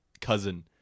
cousin